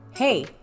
Hey